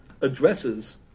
addresses